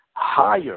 higher